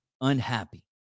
unhappy